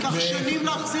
זה ייקח שנים להחזיר את זה.